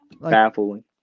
Baffling